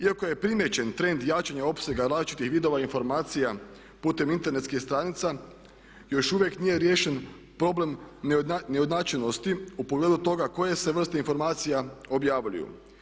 Iako je primijećen trend jačanja opsega različitih vidova, informacija putem internetskih stranica još uvijek nije riješen problem neujednačenosti u pogledu toga koje se vrste informacija objavljuju.